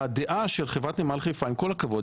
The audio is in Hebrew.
שהדעה של חברת נמל חיפה עם כל הכבוד,